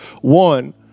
one